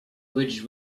which